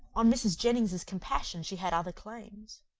on mrs. jennings's compassion she had other claims.